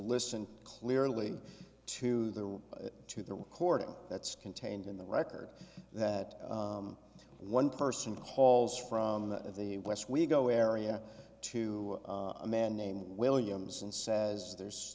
listen clearly to the to the recording that's contained in the record that one person calls from the west we go area to a man named williams and says there's